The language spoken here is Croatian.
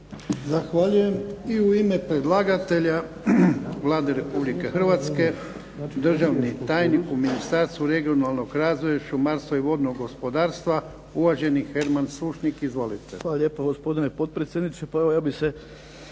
Zahvaljujem. I u ime predlagatelja Vlade Republike Hrvatske, državni tajnik u Ministarstvu regionalnog razvoja, šumarstva i vodnog gospodarstva, uvaženi Herman Sušnik. Izvolite.